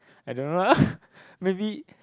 I don't know lah maybe